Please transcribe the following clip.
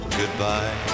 goodbye